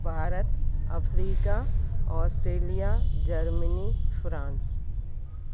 Bharat Africa Australia Germany France